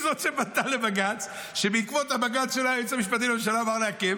היא זאת שפנתה לבג"ץ,